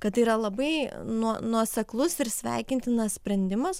kad tai yra labai nuo nuoseklus ir sveikintinas sprendimas